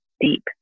deep